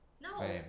No